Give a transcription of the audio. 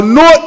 no